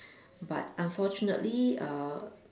but unfortunately err